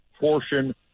portion